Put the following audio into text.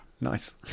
nice